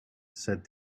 said